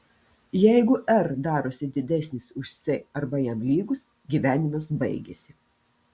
jeigu r darosi didesnis už c arba jam lygus gyvenimas baigiasi